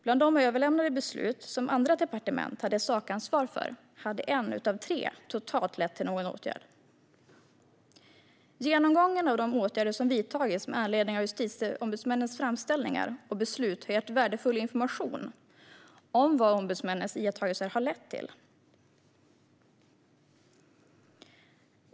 Bland de överlämnade beslut som andra departement hade sakansvaret för hade 1 av totalt 3 lett till någon åtgärd. Genomgången av de åtgärder som vidtagits med anledning av justitieombudsmännens framställningar och beslut har gett värdefull information om vad ombudsmännens iakttagelser har lett till.